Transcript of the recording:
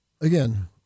Again